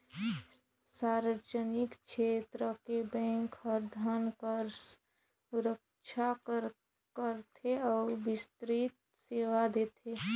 सार्वजनिक छेत्र के बेंक हर धन कर सुरक्छा करथे अउ बित्तीय सेवा देथे